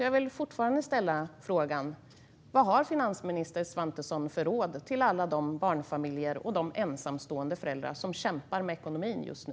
Jag vill fortfarande ställa frågan: Vad har finansminister Svantesson för råd till alla de barnfamiljer och ensamstående föräldrar som kämpar med ekonomin just nu?